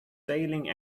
sailing